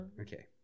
Okay